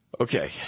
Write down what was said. Okay